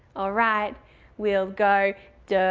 all right we'll go der